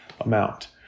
amount